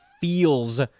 feels